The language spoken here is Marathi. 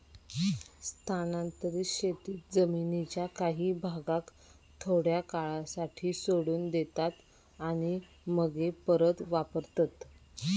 स्थानांतरीत शेतीत जमीनीच्या काही भागाक थोड्या काळासाठी सोडून देतात आणि मगे परत वापरतत